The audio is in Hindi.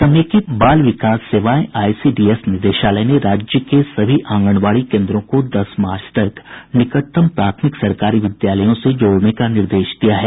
समेकित बाल विकास सेवाएं आईसीडीएस निदेशालय ने राज्य के सभी आंगनबाड़ी केन्द्रों को दस मार्च तक निकटतम प्राथमिक सरकारी विद्यालयों से जोड़ने का निर्देश दिया है